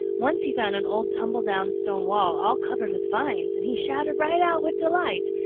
once he found an old tumble-down stone wall all covered with vines, and he shouted right out with delight.